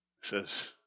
says